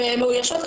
הן מאוישות.